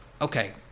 okay